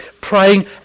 praying